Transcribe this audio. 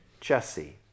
Jesse